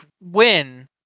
win